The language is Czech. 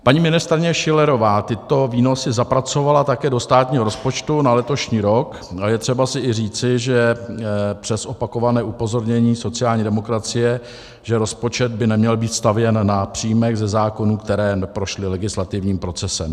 Paní ministryně Schillerová tyto výnosy zapracovala také do státního rozpočtu na letošní rok, a je třeba si i říci, že přes opakované upozornění sociální demokracie, že rozpočet by neměl být stavěn na příjmech ze zákonů, které neprošly legislativním procesem.